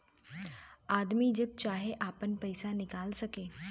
आदमी जब चाहे आपन पइसा निकाल सके